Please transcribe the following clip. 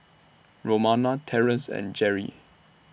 Romona Terence and Jerrie